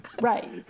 Right